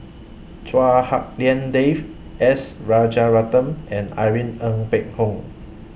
Chua Hak Lien Dave S Rajaratnam and Irene Ng Phek Hoong